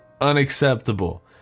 unacceptable